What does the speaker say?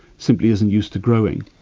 simply isn't used to growing.